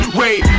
wait